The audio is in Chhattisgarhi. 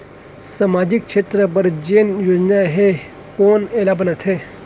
सामाजिक क्षेत्र बर जेन योजना हे कोन एला बनाथे?